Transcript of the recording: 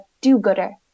do-gooder